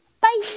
Bye